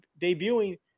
debuting